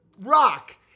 rock